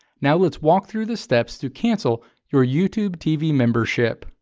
now let's walk through the steps to cancel your youtube tv membership.